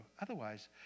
Otherwise